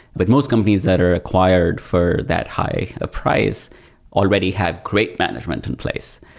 but most companies that are required for that high a price already had great management in place.